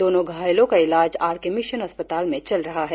दोनों घायलों का इलाज आर के मिशन अस्पताल में चल रहा है